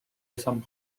رسم